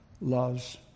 loves